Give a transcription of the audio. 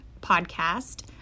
podcast